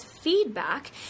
feedback